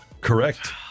Correct